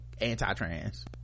anti-trans